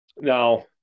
now